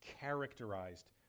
characterized